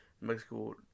Mexico